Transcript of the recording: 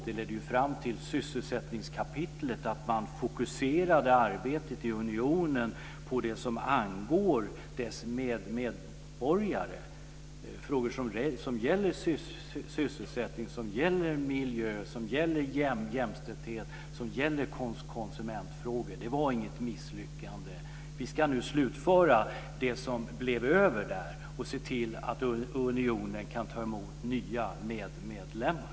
Den ledde ju fram till sysselsättningskapitlet och till att man fokuserade arbetet i unionen på det som angår dess medborgare, alltså frågor som gäller sysselsättning, miljö och jämställdhet samt konsumentfrågor. Amsterdam var således inget misslyckande. Nu ska vi slutföra det som blev över där och se till att unionen kan ta emot nya medlemmar.